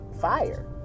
fire